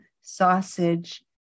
sausage